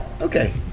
okay